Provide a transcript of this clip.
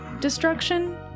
destruction